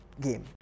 game